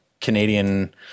Canadian